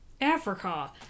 Africa